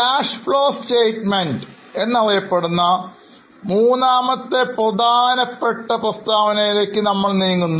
cash flow statement എന്നറിയപ്പെടുന്ന മൂന്നാമത്തെ പ്രധാന പ്രസ്താവന യിലേക്ക് നമ്മൾ നീങ്ങുന്നു